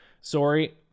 sorry